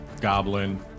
goblin